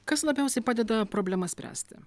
kas labiausiai padeda problemas spręsti